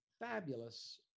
fabulous